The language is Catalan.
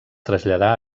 traslladà